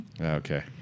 Okay